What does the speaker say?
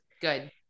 Good